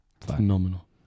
phenomenal